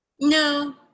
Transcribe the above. No